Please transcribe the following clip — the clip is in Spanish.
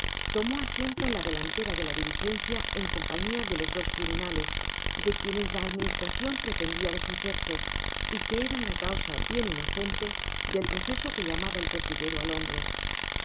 tomó asiento en la delantera de la diligencia en compañia de los dos criminales do quienes la administracion pretendia deshacerse y que eran la causa bien inocente del proceso que llamaba al pertiguero á londres